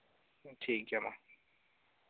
ᱴᱷᱤᱠ ᱜᱮᱭᱟ ᱢᱟ